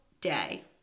day